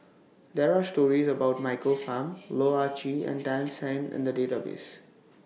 There Are stories about Michael Fam Loh Ah Chee and Tan Shen in The Database